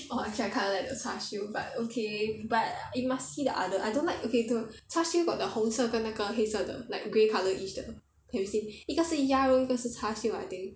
orh actually I kinda like the char siew like okay but you must see the other I don't like okay the char siew got the 红色跟那个黑色的 grey colourish 的 have you seen 一个是鸭肉一个是 char siew I think